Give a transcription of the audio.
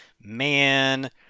man